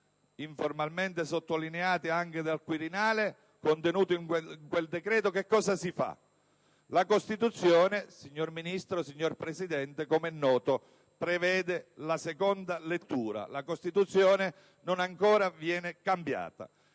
informalmente sottolineati anche dal Quirinale) contenuti in quel decreto-legge, che cosa si fa? La Costituzione, signor Ministro, signor Presidente, com'è noto, prevede la seconda lettura. La Costituzione non è stata ancora cambiata.